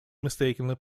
mistakenly